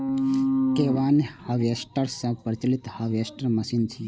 combine harvester सबसं प्रचलित harvester machine छियै